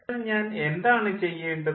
അതിനാൽ ഞാൻ എന്താണ് ചെയ്യേണ്ടത്